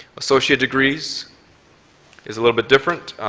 associate degrees is a little bit different,